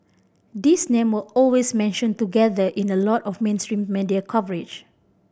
these name always mentioned together in a lot of mainstream media coverage